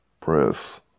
press